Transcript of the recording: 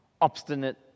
obstinate